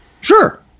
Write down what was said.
sure